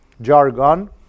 jargon